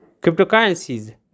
Cryptocurrencies